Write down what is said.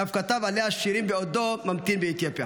ואף כתב עליה שירים בעודו ממתין באתיופיה.